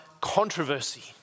controversy